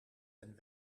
ten